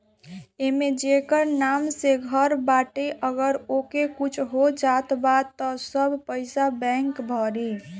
एमे जेकर नाम से घर बाटे अगर ओके कुछ हो जात बा त सब पईसा बैंक भरी